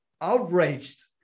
outraged